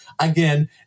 Again